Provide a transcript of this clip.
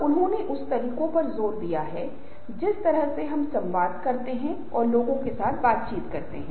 प्रभावी समूह के सदस्य सलाह ज्ञान सूचना और सहायता प्रदान करते हैं